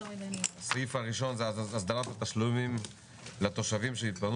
הסעיף הראשון הוא הסדרת התשלומים לתושבים שהתפנו